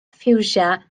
ffiwsia